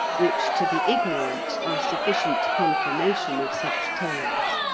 which, to the ignorant, are sufficient confirmation of such tales.